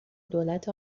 دولت